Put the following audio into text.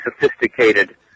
sophisticated